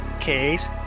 Case